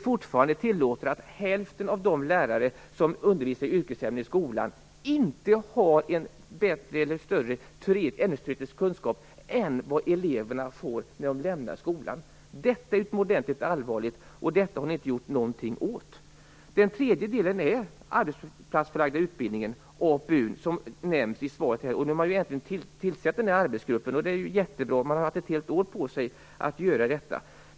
Fortfarande tillåter man att hälften av de lärare som undervisar i yrkesämnen i skolan inte har en bättre eller större ämnesteoretisk kunskap än vad eleverna har när de lämnar skolan. Detta är utomordentligt allvarligt, och detta har ni inte gjort någonting åt. Den tredje delen är den arbetsplatsförlagda utbildningen, APU, som nämns i svaret. Nu äntligen tillsätts en arbetsgrupp, vilket är jättebra. Man har ju haft ett helt år på sig att göra detta.